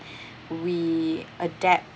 we adapt